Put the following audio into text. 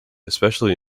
especially